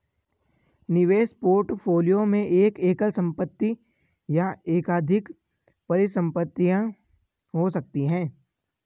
निवेश पोर्टफोलियो में एक एकल संपत्ति या एकाधिक परिसंपत्तियां हो सकती हैं